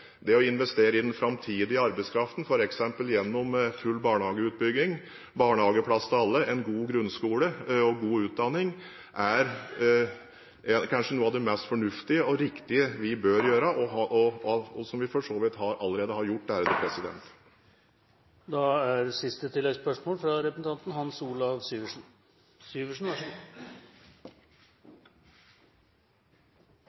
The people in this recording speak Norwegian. Det å investere i den framtidige arbeidskraften, f.eks. gjennom full barnehageutbygging, barnehageplass til alle, en god grunnskole og god utdanning, er kanskje noe av det mest fornuftige og riktige vi bør gjøre – og som vi for så vidt allerede har gjort.